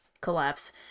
collapse